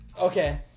Okay